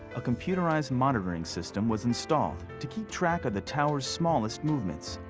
a computerized monitoring system was installed to keep track of the tower's smallest movements.